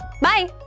bye